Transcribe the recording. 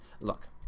Look